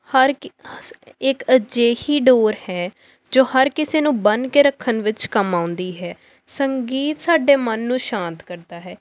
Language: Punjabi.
ਹਰ ਇੱਕ ਅਜਿਹੀ ਡੋਰ ਹੈ ਜੋ ਹਰ ਕਿਸੇ ਨੂੰ ਬੰਨ ਕੇ ਰੱਖਣ ਵਿੱਚ ਕੰਮ ਆਉਂਦੀ ਹੈ ਸੰਗੀਤ ਸਾਡੇ ਮਨ ਨੂੰ ਸ਼ਾਂਤ ਕਰਦਾ ਹੈ